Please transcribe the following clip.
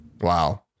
Wow